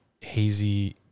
hazy